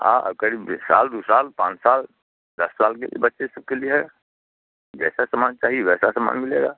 हाँ करीब द साल दो साल पाँच साल दस साल के बच्चे सबके लिए है जैसा सामान चाहिए वैसा सामान मिलेगा